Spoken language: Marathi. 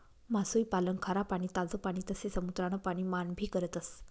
मासोई पालन खारा पाणी, ताज पाणी तसे समुद्रान पाणी मान भी करतस